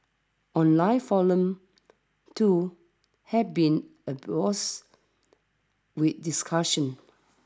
online forums too have been abuzz with discussion